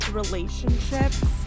relationships